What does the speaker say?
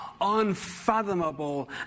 unfathomable